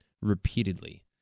repeatedly